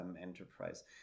enterprise